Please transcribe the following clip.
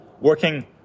working